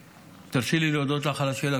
תרשי לי להודות לך על השאלה.